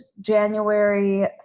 January